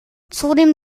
zudem